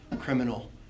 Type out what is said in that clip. criminal